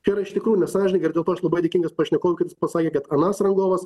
čia yra iš tiktųjų nesąžininga ir dėl to aš labai dėkingas pašnekovui kad jis pasakė kad anas rangovas